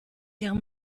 ihrem